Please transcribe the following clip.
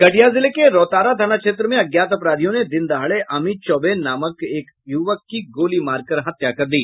कटिहार जिले के रौतारा थाना क्षेत्र में अज्ञात अपराधियों ने दिनदहाड़े अमित चौबे नामक एक युवक की गोली मार कर हत्या कर दी